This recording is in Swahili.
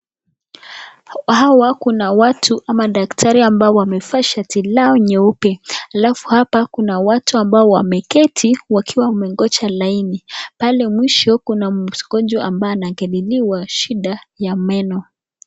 Hawa kuna watu ama daktari ambaye wamevaa shati lao nyeupe, alafu hapa kuna watu ambao wameketi wakiwa wamegoja laini. Pale mwisho kuna mgonjwa ambaye ana angaliliwa shida ya meno.